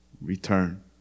return